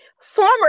Former